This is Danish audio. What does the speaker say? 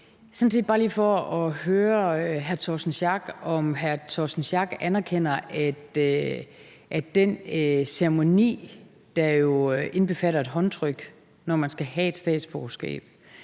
sådan set bare for at høre, om hr. Torsten Schack Pedersen anerkender, at den ceremoni, der indbefatter et håndtryk, når man skal have et statsborgerskab,